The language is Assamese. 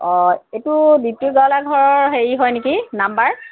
অঁ এইটো দীপ্তি গোৱালাৰ ঘৰৰ হেৰি হয় নেকি নাম্বাৰ